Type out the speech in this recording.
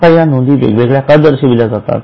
आता या नोंदी वेगवेगळ्या का दाखविल्या जातात